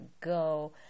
go